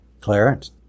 Clarence